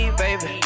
baby